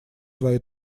свои